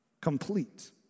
complete